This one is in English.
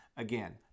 Again